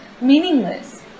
meaningless